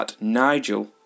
Nigel